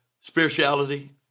spirituality